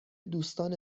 دوستان